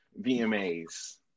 VMAs